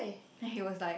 then he was like